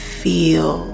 feel